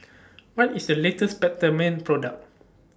What IS The latest Peptamen Product